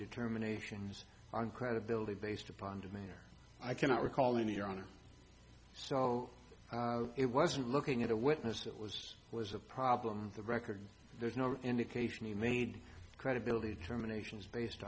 determinations on credibility based upon demeanor i cannot recall in your honor so it wasn't looking at a witness that was was a problem the record there's no indication he made credibility terminations based